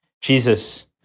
Jesus